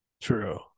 True